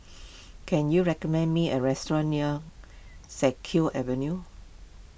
can you recommend me a restaurant near Siak Kew Avenue